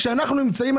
כאשר אנחנו נמצאים,